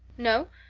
no?